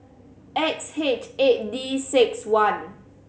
X H eight D six one